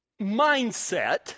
mindset